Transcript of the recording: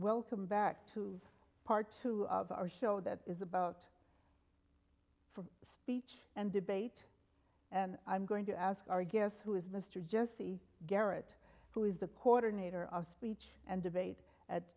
welcome back to part two of our show that is about the speech and debate and i'm going to ask our guests who is mr jesse garrett who is the coordinator of speech and debate at